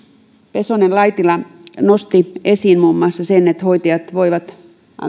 laitinen pesola nosti esiin muun muassa sen että hoitajat voivat